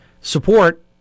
support